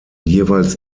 jeweils